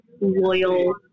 loyal